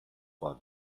for